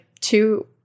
two